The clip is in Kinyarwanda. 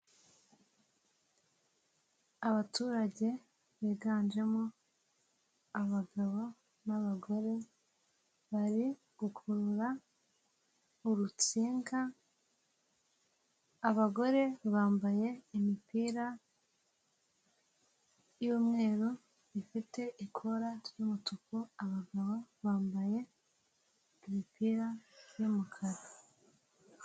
Abaturage biganjemo abagabo n'abagore bari gukurura urutsinga, abagore bambaye imipira y'umweru ifite ikorara ry'umutuku, abagabo bambaye imipira y'umukara.